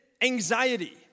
anxiety